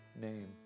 name